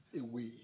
away